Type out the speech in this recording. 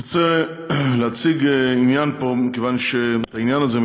אני רוצה להציג פה את העניין הזה,